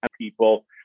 People